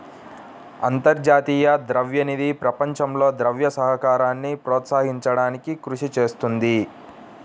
అంతర్జాతీయ ద్రవ్య నిధి ప్రపంచంలో ద్రవ్య సహకారాన్ని ప్రోత్సహించడానికి కృషి చేస్తుంది